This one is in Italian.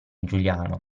giuliano